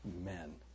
Amen